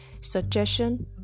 suggestion